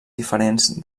diferents